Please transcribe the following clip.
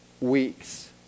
weeks